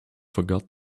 forgot